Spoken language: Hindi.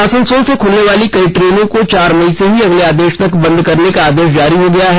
आसनसोल से खुलने वाली कई ट्रेनों को चार मई से ही अगले आदेश तक बंद करने का आदेश जारी हो गया है